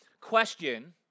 Question